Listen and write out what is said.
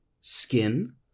skin